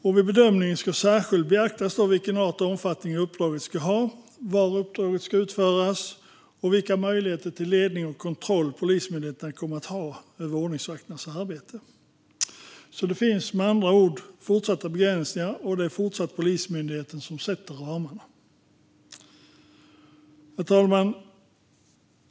Vid bedömning ska särskilt beaktas vilken art och omfattning uppdraget ska ha, var uppdraget ska utföras och vilka möjligheter till ledning och kontroll Polismyndigheten kommer att ha över ordningsvakternas arbete. Det finns med andra ord fortsatta begränsningar, och det är fortsatt Polismyndigheten som sätter ramarna.